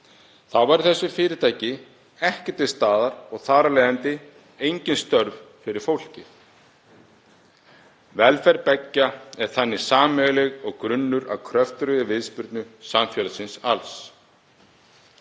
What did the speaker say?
Þá væru þessi fyrirtæki ekki til staðar og þar af leiðandi engin störf fyrir fólkið. Velferð beggja er þannig sameiginleg og grunnur að kröftugri viðspyrnu samfélagsins alls.